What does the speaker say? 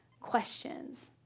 questions